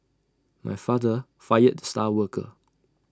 my father fired the star worker